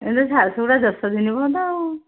ଏବେ ଝାରସୁଗୁଡ଼ା ଦଶ ଦିନ ବନ୍ଦ